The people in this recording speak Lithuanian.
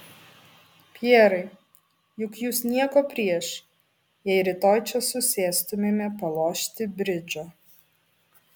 pjerai juk jūs nieko prieš jei rytoj čia susėstumėme palošti bridžo